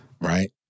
right